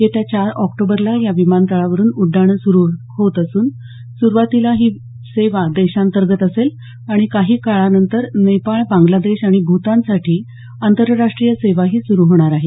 येत्या चार ऑक्टोबरला या विमानतळावरून उड्डाणं सुरू होत असून सुरुवातीला ही सेवा देशांतर्गत असेल आणि काही काळानंतर नेपाळ बांगलादेश आणि भूतानसाठी आंतरराष्ट्रीय सेवाही सुरू होणार आहेत